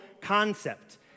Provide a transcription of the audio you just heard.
concept